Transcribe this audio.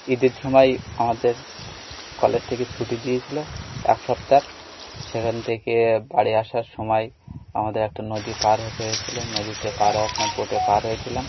ঈদের সময় আমাদের কলেজ থেকে ছুটি দিয়েছিল এক সপ্তাহ সেখান থেকে বাড়ি আসার সময় আমাদের একটা নদী পার হতে হয়েছিল নদীতে পার হওয়ার সময় বোটে পার হয়েছিলাম